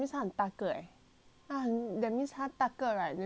that means 他大个 right 他的力气比较大